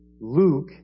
Luke